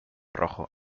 rojo